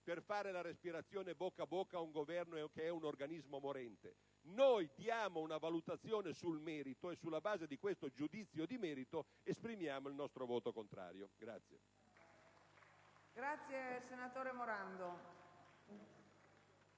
per fare la respirazione bocca a bocca ad un Governo che è un organismo morente. Noi diamo una valutazione sul merito e, sulla base di questo giudizio di merito, esprimiamo il nostro voto contrario.